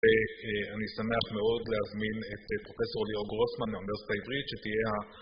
ואני שמח מאוד להזמין את פרופסור ליאור גרוסמן מהאוניברסיטה העברית שתהיה ה...